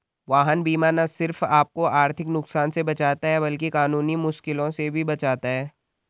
वाहन बीमा न सिर्फ आपको आर्थिक नुकसान से बचाता है, बल्कि कानूनी मुश्किलों से भी बचाता है